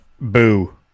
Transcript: Boo